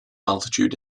altitude